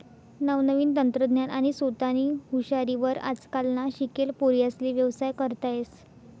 नवनवीन तंत्रज्ञान आणि सोतानी हुशारी वर आजकालना शिकेल पोर्यास्ले व्यवसाय करता येस